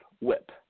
whip